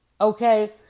Okay